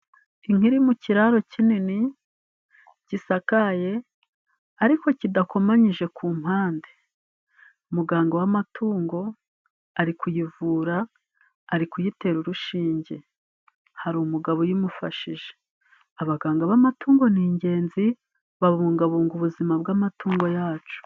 Inka iri mu kiraro kinini gisakaye ariko kidakomanyije ku mpande, muganga w'amatungo ari kuyivura ari kuyitera urushinge, hari umugabo uyimufashije. Abaganga b'amatungo ni ingenzi, babungabunga ubuzima bw'amatungo yacu.